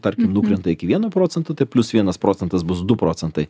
tarkim nukrenta iki vieno procento tai plius vienas procentas bus du procentai